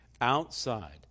outside